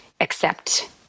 accept